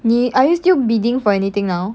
你 are you still bidding for anything now